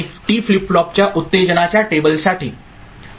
आणि T flip फ्लॉपच्या उत्तेजनाच्या टेबलसाठी